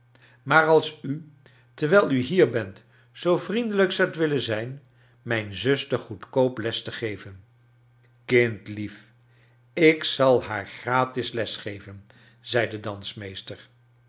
maar als u terwijl u hier bent zoo vriendelijk zoudt willen zijn mijn zuster goedkoop les te geven kindlief ik zal haar gratis les geven zei de